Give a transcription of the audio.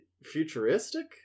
futuristic